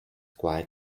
quite